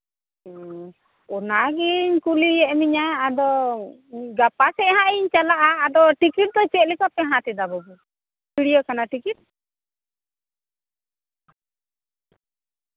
ᱦᱩᱸ ᱚᱱᱟᱜᱤᱧ ᱠᱩᱞᱤᱭᱮᱫ ᱢᱮᱭᱟ ᱟᱫᱚ ᱜᱟᱯᱟ ᱥᱮᱫ ᱦᱟᱸᱜ ᱤᱧ ᱪᱟᱞᱟᱜᱼᱟ ᱟᱫᱚ ᱴᱤᱠᱤᱴ ᱫᱚ ᱪᱮᱫᱞᱮᱠᱟ ᱯᱮ ᱦᱟᱛᱟᱣ ᱮᱫᱟ ᱵᱟᱵᱩ ᱪᱤᱲᱤᱭᱟᱹᱠᱷᱟᱱᱟ ᱴᱤᱠᱤᱴ